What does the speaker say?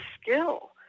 skill